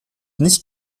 nicht